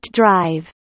drive